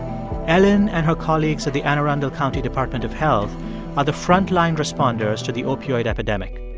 elin and her colleagues at the anne arundel county department of health are the front-line responders to the opioid epidemic.